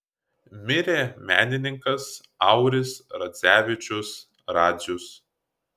mirė menininkas auris radzevičius radzius